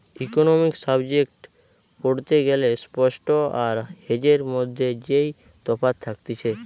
economics subject পড়তে গ্যালে spot আর হেজের মধ্যে যেই তফাৎ থাকতিছে